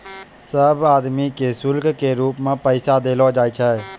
सब आदमी के शुल्क के रूप मे पैसा देलो जाय छै